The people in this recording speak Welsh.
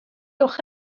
ewch